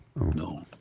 no